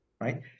right